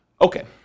Okay